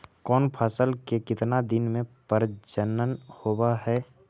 कौन फैसल के कितना दिन मे परजनन होब हय?